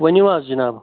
ؤنِو حظ جناب